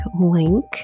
link